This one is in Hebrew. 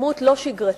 דמות לא שגרתית,